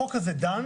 החוק הזה דן